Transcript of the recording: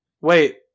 Wait